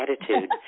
attitude